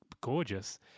gorgeous